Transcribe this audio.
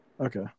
Okay